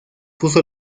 puso